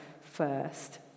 first